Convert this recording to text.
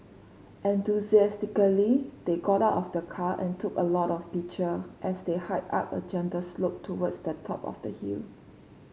enthusiastically they got out of the car and took a lot of picture as they hiked up a gentle slope towards the top of the hill